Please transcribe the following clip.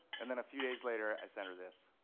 and then a few days later i sent her this.